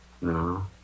No